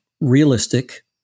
realistic